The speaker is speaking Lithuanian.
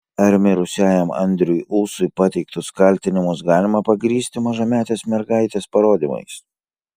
ar mirusiajam andriui ūsui pateiktus kaltinimus galima pagrįsti mažametės mergaitės parodymais